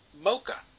Mocha